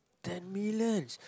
ten millions